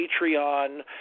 patreon